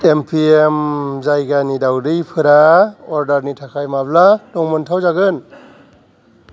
MPM जायगानि दाउदैफोरा अर्डारनि थाखाय माब्ला दंमोनथाव जागोन